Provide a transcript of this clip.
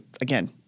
Again